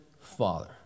father